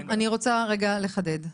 אני רוצה רק לחדד.